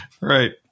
Right